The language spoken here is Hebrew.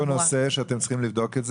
העלית פה נושא שאתם צריכים לבדוק.